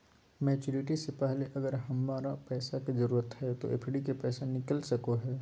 Maturity से पहले अगर हमरा पैसा के जरूरत है तो एफडी के पैसा निकल सको है?